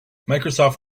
microsoft